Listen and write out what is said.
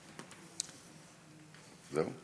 זהו?